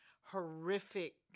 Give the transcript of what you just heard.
horrific